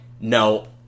No